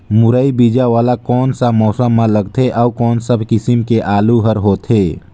मुरई बीजा वाला कोन सा मौसम म लगथे अउ कोन सा किसम के आलू हर होथे?